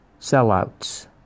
sellouts